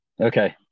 Okay